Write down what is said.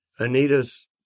Anita's